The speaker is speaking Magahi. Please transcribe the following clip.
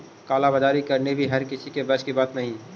काला बाजारी करनी भी हर किसी के बस की बात न हई